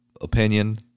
opinion